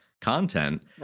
content